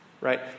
Right